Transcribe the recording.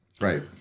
right